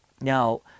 now